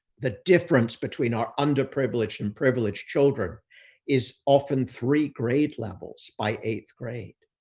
the difference between our underprivileged and privileged children is often three grade levels, by eighth grade.